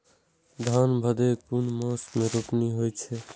धान भदेय कुन मास में रोपनी होय छै?